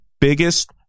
biggest